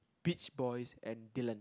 Beach Boys and Dylan